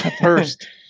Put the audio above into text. first